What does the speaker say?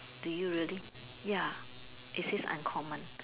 do you really ya it says uncommon